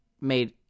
made